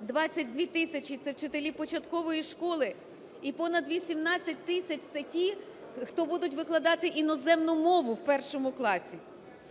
22 тисячі – це вчителі початкової школи і понад 18 тисяч - це ті, хто будуть викладати іноземну мову в першому класі.